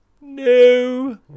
No